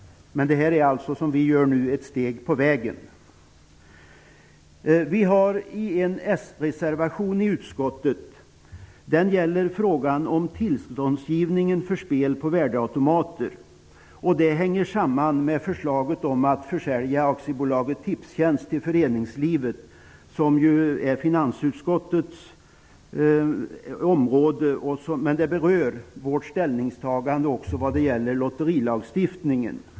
Det som vi nu gör blir då ett steg på vägen. Vi har avgivit en s-reservation i utskottet i frågan om tillståndsgivningen för spel på värdeautomater. Det hänger samman med förslaget om att försälja AB Tipstjänst till föreningslivet. Denna fråga ligger inom finansutskottets område men berör också ställningstagandet till lotterilagstiftningen.